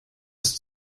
ist